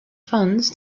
funds